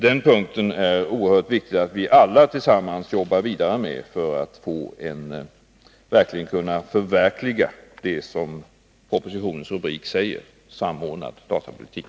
Den punkten är det oerhört viktigt att vi alla tillsammans jobbar vidare med för att verkligen kunna förverkliga målet en samordnad datapolitik.